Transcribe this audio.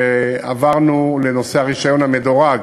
ועברנו לנושא הרישיון המדורג,